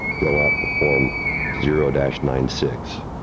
fill out the form zero and ninety six,